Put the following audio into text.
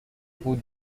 vous